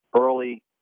early